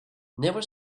never